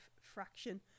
fraction